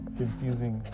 confusing